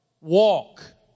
walk